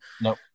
no